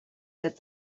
that